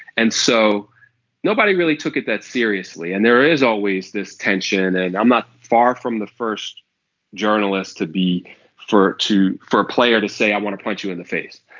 and so nobody really took it that seriously and there is always this tension and i'm not far from the first journalist to be for it to for a player to say i want to punch you in the face.